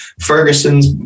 Ferguson's